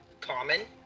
common